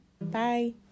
bye